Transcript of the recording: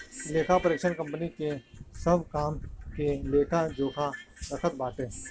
लेखापरीक्षक कंपनी के सब काम के लेखा जोखा रखत बाटे